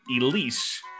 Elise